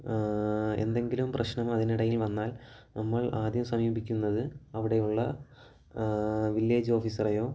എന്തെങ്കിലും പ്രശ്നം അതിനിടയിൽ വന്നാൽ നമ്മൾ ആദ്യം സമീപിക്കുന്നത് അവിടെയുള്ള വില്ലേജ് ഓഫീസറെയോ